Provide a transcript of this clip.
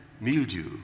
mildew